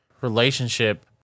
relationship